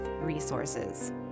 resources